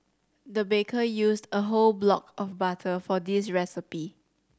the baker used a whole block of butter for this recipe